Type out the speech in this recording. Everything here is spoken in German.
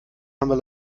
haben